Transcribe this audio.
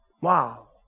Wow